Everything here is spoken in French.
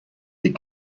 des